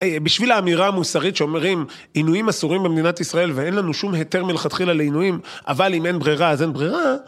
בשביל האמירה המוסרית שאומרים, עינויים אסורים במדינת ישראל ואין לנו שום היתר מלכתחילה לעינויים, אבל אם אין ברירה, אז אין ברירה.